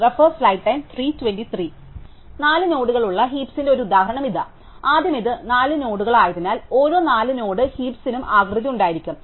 4 നോഡുകളുള്ള ഹീപ്സിന്റെ ഒരു ഉദാഹരണം ഇതാ ആദ്യം ഇത് 4 നോഡുകൾ ആയതിനാൽ ഓരോ 4 നോഡ് ഹീപ്സിനും ആകൃതി ഉണ്ടായിരിക്കും